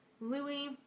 Louis